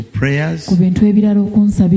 prayers